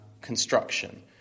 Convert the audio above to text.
construction